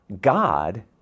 God